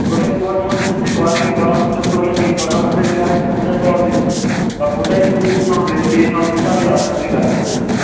কোথায় কোন মন্দির আছে কটা থেকে কটা পর্যন্ত খোলা থাকে কটার মধ্যে সেখানে পৌঁছাতে হবে বা কোথায় পুজো দিতে হবে সেই সব কিছু আমি আপনাদেরকে গাইড করে যাবো